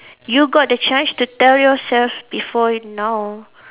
you got the chance to tell yourself before now